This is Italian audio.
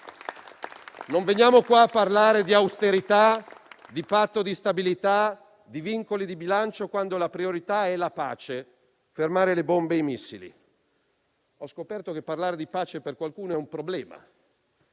Non veniamo qua a parlare di austerità, di Patto di stabilità e di vincoli di bilancio, quando la priorità è la pace e fermare le bombe e i missili. Ho scoperto che parlare di pace per qualcuno è un problema,